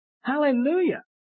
Hallelujah